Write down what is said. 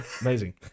Amazing